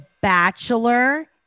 Bachelor